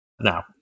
Now